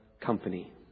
company